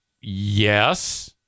yes